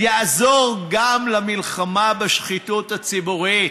ויעזור גם במלחמה בשחיתות הציבורית,